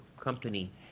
company